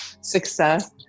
success